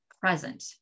present